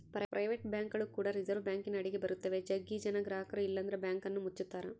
private ಬ್ಯಾಂಕ್ಗಳು ಕೂಡಗೆ reserve ಬ್ಯಾಂಕಿನ ಅಡಿಗ ಬರುತ್ತವ, ಜಗ್ಗಿ ಜನ ಗ್ರಹಕರು ಇಲ್ಲಂದ್ರ ಬ್ಯಾಂಕನ್ನ ಮುಚ್ಚುತ್ತಾರ